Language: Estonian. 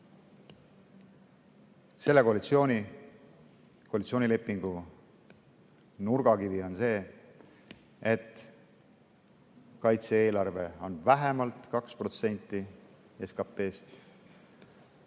Koalitsioonilepingu nurgakivi on see, et kaitse-eelarve on vähemalt 2% SKT‑st.